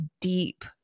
deep